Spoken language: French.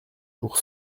pour